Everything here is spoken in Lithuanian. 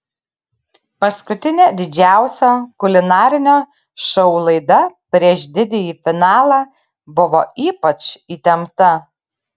paskutinė didžiausio kulinarinio šou laida prieš didįjį finalą buvo ypač įtempta